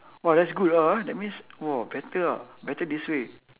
!wah! that's good ah that means !wah! better ah better this way